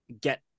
get